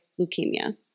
leukemia